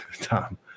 Tom